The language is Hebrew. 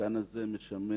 המתקן הזה משמש